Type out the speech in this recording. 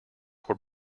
were